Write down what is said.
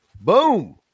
Boom